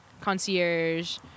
concierge